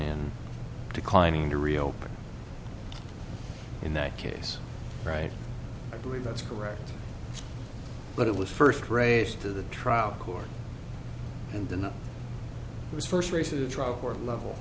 and declining to reopen in that case right i believe that's correct but it was first raised to the trial court and then it was first race to the trial court level